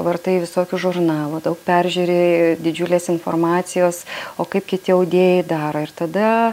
vartai visokių žurnalų daug peržiūri didžiulės informacijos o kaip kiti audėjai daro ir tada